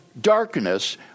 darkness